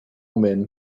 men